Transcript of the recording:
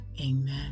Amen